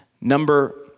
Number